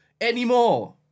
anymore